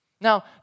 Now